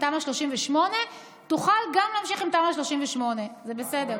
תמ"א 38 תוכל גם להמשיך עם תמ"א 38. זה בסדר.